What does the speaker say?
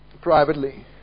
privately